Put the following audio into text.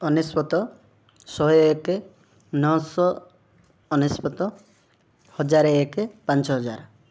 ଅନେଶତ ଶହେ ଏକେ ନଅଶହ ଅନେଶତ ହଜାର ଏକ ପାଞ୍ଚ ହଜାର